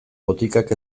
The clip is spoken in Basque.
botikak